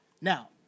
Now